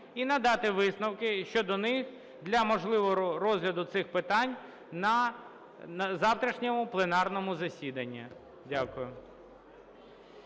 і надати висновки щодо них для можливого розгляду цих питань на завтрашньому пленарному засіданні. Дякую.